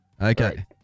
Okay